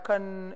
היה כאן